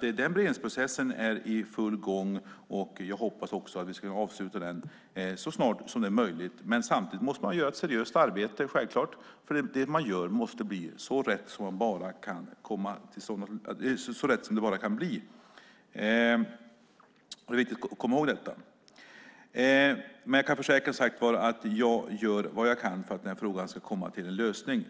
Beredningsprocessen är alltså i full gång. Jag hoppas att vi ska kunna avsluta den så snart som det är möjligt. Men samtidigt måste man självklart göra ett seriöst arbete, för det man gör måste bli så rätt som det bara kan bli. Det är viktigt att komma ihåg detta. Men jag kan, som sagt, försäkra att jag gör vad jag kan för att den här frågan ska komma till en lösning.